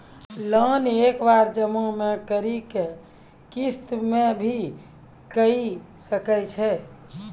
Loan एक बार जमा म करि कि किस्त मे भी करऽ सके छि?